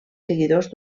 seguidors